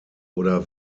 oder